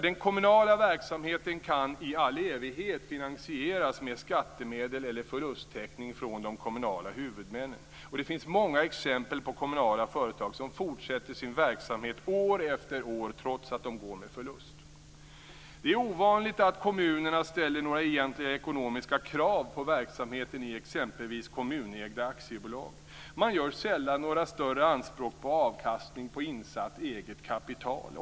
Den kommunala verksamheten kan i all evighet finansieras med skattemedel eller förlusttäckning från de kommunala huvudmännen. Det finns många exempel på kommunala företag som fortsätter sin verksamhet år efter år trots att de går med förlust. Det är ovanligt att kommunerna ställer några egentliga ekonomiska krav på verksamheten i exempelvis kommunägda aktiebolag. Man gör sällan några större anspråk på avkastning på insatt eget kapital.